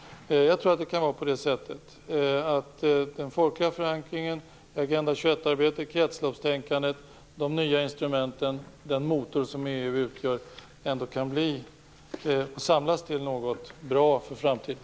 Jag tror att den folkliga förankringen, Agenda 21-arbetet, kretsloppstänkandet, de nya instrumenten och den motor som EU utgör ändå kan samlas till något bra för framtiden.